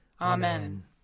Amen